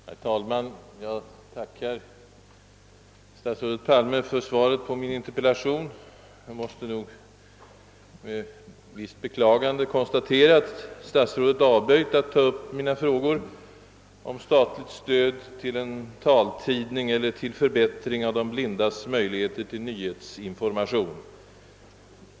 Herr talman! Jag tackar statsrådet Palme för svaret på min interpellation. Men jag måste med beklagande konstatera att statsrådet avböjt att ta upp mina frågor om statligt stöd till en taltidning eller till förbättring av de blindas möjligheter till nyhetsinformation.